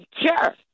Sure